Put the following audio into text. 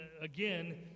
again